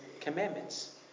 commandments